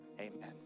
amen